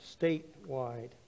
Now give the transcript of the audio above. statewide